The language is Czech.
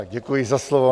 Děkuji za slovo.